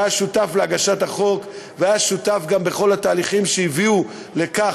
שהיה שותף להגשת החוק והיה שותף גם לכל התהליכים שהביאו לכך,